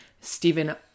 Stephen